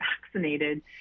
vaccinated